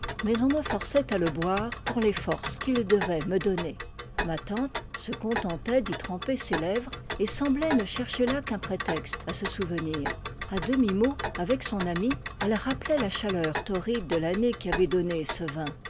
mais on me forçait à le boire pour les forces qu'il devait me donner ma tante se contentait d'y tremper ses lèvres et semblait ne chercher là qu'un prétexte à se souvenir a demi-mots avec son amie elle rappelait la chaleur torride de l'année qui avait donné ce vin